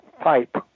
pipe